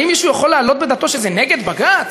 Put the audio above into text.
האם מישהו יכול להעלות בדעתו שזה נגד בג"ץ?